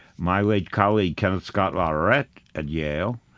my late colleague kevin scott ah areck at yale,